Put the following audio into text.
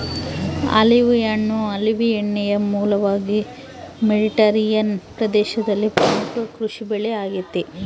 olive ಹಣ್ಣು olive ಎಣ್ಣೆಯ ಮೂಲವಾಗಿ ಮೆಡಿಟರೇನಿಯನ್ ಪ್ರದೇಶದಲ್ಲಿ ಪ್ರಮುಖ ಕೃಷಿಬೆಳೆ ಆಗೆತೆ